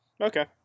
Okay